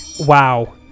Wow